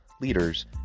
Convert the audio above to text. leaders